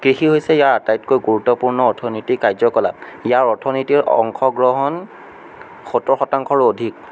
কৃষি হৈছে ইয়াৰ আটাইতকৈ গুৰুত্বপূৰ্ণ অৰ্থনীতিক কাৰ্যকলাপ ইয়াৰ অৰ্থনীতিৰ অংশগ্ৰহণ সত্তৰ শতাংশৰো অধিক